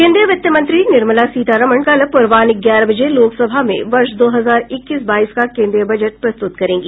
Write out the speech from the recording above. केन्द्रीय वित्तमंत्री निर्मला सीतारामण कल पूर्वाह्न ग्यारह बजे लोकसभा में वर्ष दो हजार इक्कीस बाईस का केन्द्रीय बजट प्रस्तुत करेंगी